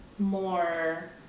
more